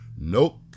Nope